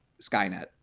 Skynet